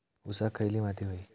ऊसाक खयली माती व्हयी?